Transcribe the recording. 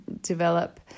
develop